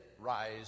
rise